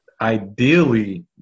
ideally